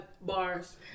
bars